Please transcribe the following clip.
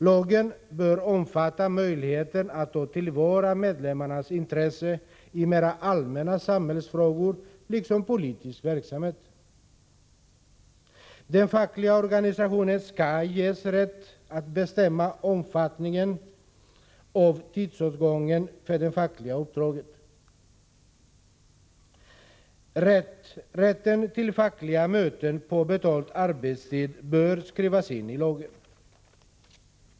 Lagen bör omfatta möjligheter att ta till vara medlemmarnas intressen i mer allmänna samhällsfrågor liksom i fråga om politisk verksamhet. Den fackliga organisationen skall ges rätten att bestämma omfattningen av tidsåtgången för det fackliga uppdraget. Rätten till fackliga möten på betald arbetstid bör skrivas in i lagen.